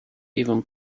even